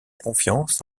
confiance